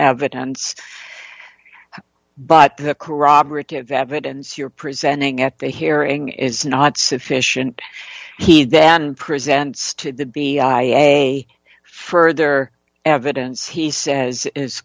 evidence you're presenting at the hearing is not sufficient he then presents to the b i a further evidence he says is